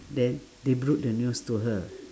then they broke the news to her